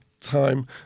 time